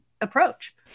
approach